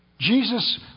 Jesus